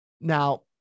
Now